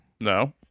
No